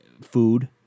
food